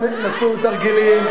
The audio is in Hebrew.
הם עושים תרגילים.